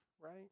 right